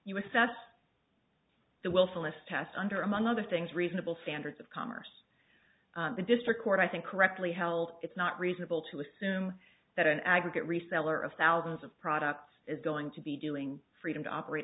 you assess the willfulness test under among other things reasonable standards of commerce the district court i think correctly held it's not reasonable to assume that an aggregate reseller of thousands of products is going to be doing freedom to operate